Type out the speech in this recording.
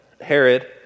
Herod